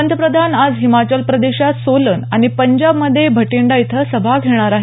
पंतप्रधान आज हिमाचल प्रदेशात सोलन आणि पंजाबमधे भटिंडा इथं सभा घेणार आहेत